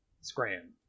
Scram